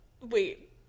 Wait